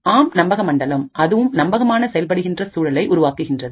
ஆம் நம்பகமண்டலம் அதுவும் நம்பகமான செயல்படுகின்ற சூழலை உருவாக்குகின்றது